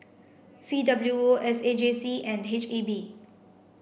C W O S A J C and H E B